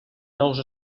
nous